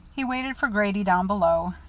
he waited for grady down below.